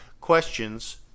questions